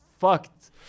fucked